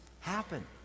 happen